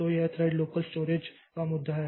तो यह thread local storage का मुद्दा है